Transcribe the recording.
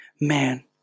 man